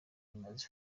imaze